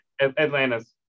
Atlanta's